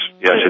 Yes